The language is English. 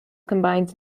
combines